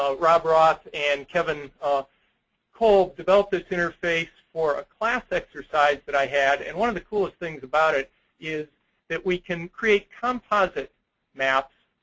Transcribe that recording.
ah rob roth and kevin kolb developed this interface for a class exercise that i had. and one of the coolest things about it is that we can create composite maps.